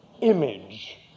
image